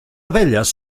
abelles